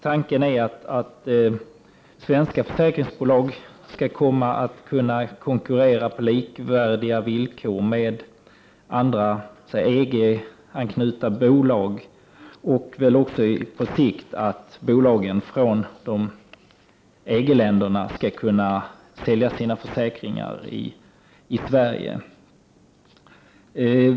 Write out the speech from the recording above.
Tanken är att svenska försäkringsbolag skall komma att kunna konkurrera på likvärdiga villkor med andra, EG-anknutna bolag och på sikt väl också att bolagen från EG-länderna skall kunna sälja sina försäkringar i Sverige.